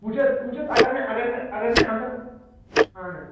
وُچھِ حظ وُچھ حظ اگر مےٚ اگر مےٚ اگر مےٚ انٛدر اہَن حظ